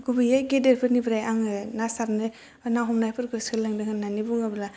गुबैयै गेदेरफोरनिफ्राय आङो ना सारनाय ना हमनायफोरखौ सोलोंदों होन्नानै बुङोब्ला